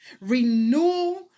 renewal